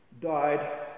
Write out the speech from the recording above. died